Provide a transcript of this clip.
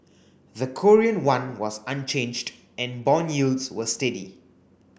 the Korean won was unchanged and bond yields were steady